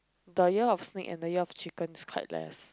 the year of snake and the year of chicken is quite less